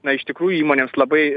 na iš tikrųjų įmonėms labai